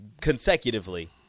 consecutively